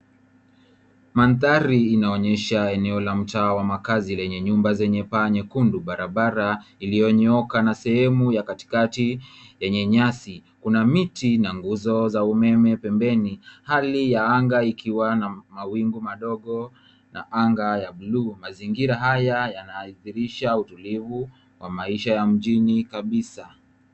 Mandhari inaonyesha eno la mtaa wa makazi lenye nyumba zenye paa nyekundu, barabara iliyonyoka na sehemu ya katikati yenye nyasi. Kuna miti na nguzo za umeme pembeni, hali ya anga ikiwa na mawingu madogo na anga ya blue , Mazingira haya yanaadhirisha utulivu wa maisha ya mjini kabisa.